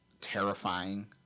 terrifying